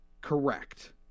Correct